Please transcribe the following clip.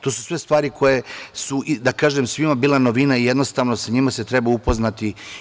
To su sve stvari koje su, da kažem, bila novina i jednostavno sa njima se treba upoznati.